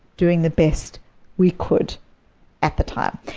doing the best we could at the time.